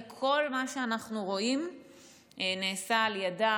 וכל מה שאנחנו רואים נעשה על ידם.